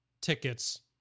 tickets